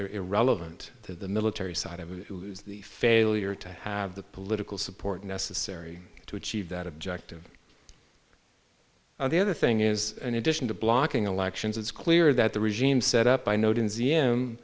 irrelevant to the military side of the failure to have the political support necessary to achieve that objective and the other thing is in addition to blocking elections it's clear that the regime set up by noti